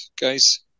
guys